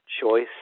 choice